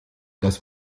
das